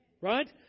right